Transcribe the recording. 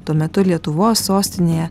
tuo metu lietuvos sostinėje